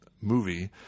movie